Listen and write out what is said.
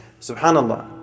subhanallah